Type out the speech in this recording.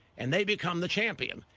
and they become the champion.